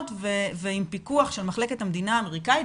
ועם פיקוח של מחלקת המדינה האמריקאית,